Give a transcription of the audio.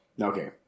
Okay